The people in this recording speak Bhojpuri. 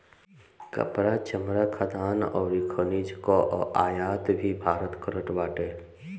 कपड़ा, चमड़ा, खाद्यान अउरी खनिज कअ आयात भी भारत करत बाटे